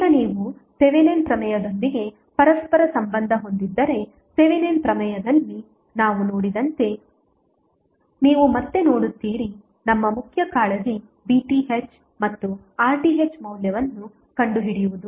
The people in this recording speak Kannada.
ಈಗ ನೀವು ಥೆವೆನಿನ್ ಪ್ರಮೇಯದೊಂದಿಗೆ ಪರಸ್ಪರ ಸಂಬಂಧ ಹೊಂದಿದ್ದರೆ ಥೆವೆನಿನ್ ಪ್ರಮೇಯದಲ್ಲಿ ನಾವು ನೋಡಿದಂತೆ ನೀವು ಮತ್ತೆ ನೋಡುತ್ತೀರಿ ನಮ್ಮ ಮುಖ್ಯ ಕಾಳಜಿ VTh ಮತ್ತು RTh ಮೌಲ್ಯವನ್ನು ಕಂಡುಹಿಡಿಯುವುದು